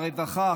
הרווחה,